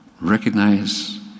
recognize